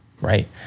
right